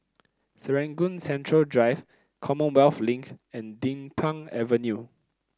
Serangoon Central Drive Commonwealth Link and Din Pang Avenue